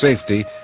safety